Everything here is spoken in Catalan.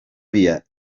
dia